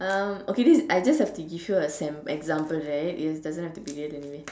okay this I just have to give you a an example right it doesn't have to be real anyway